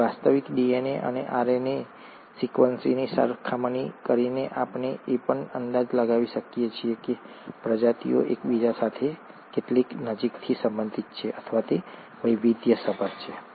તેથી વાસ્તવિક ડીએનએ અને આરએનએ સિક્વન્સની સરખામણી કરીને આપણે એ પણ અંદાજ લગાવી શકીએ છીએ કે પ્રજાતિઓ એકબીજા સાથે કેટલી નજીકથી સંબંધિત છે અથવા તેઓ વૈવિધ્યસભર છે